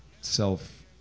self